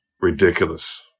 ridiculous